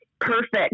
perfect